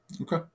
Okay